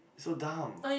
so dumb